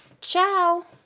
Ciao